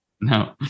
No